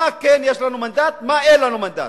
מה יש לנו מנדט ומה אין לנו מנדט,